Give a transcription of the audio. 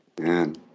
Man